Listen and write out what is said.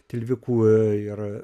tilvikų ir